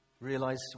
realize